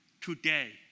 Today